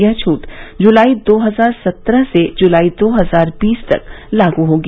यह छूट जुलाई दो हजार सत्रह से जुलाई दो हजार बीस तक लागू होगी